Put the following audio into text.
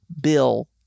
bill